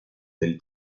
del